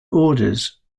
orders